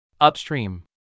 Upstream